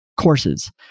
courses